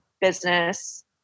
business